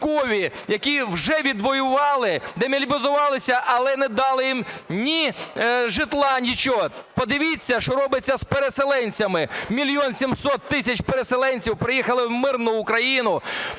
які вже відвоювали, демобілізувалися, але на дали їм ні житла, нічого. Подивіться, що робиться з переселенцями – 1 мільйон 700 тисяч переселенців приїхали в мирну Україну,